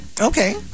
Okay